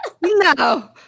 no